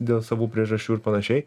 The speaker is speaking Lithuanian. dėl savų priežasčių ir panašiai